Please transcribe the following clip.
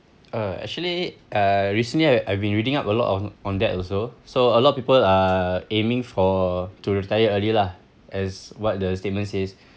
uh actually uh recently I I've been reading up a lot of on that also so a lot of people are aiming for to retire early lah as what the statement says